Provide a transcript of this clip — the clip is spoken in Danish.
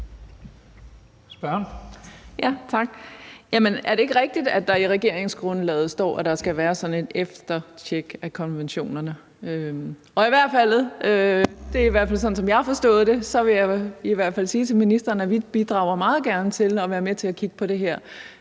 er det ikke rigtigt, at der i regeringsgrundlaget står, at der skal være sådan et eftertjek af konventionerne? Det er under alle omstændigheder sådan, jeg har forstået det, og jeg vil i hvert fald sige til ministeren, at vi meget gerne bidrager til at kigge på det her,